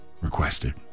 requested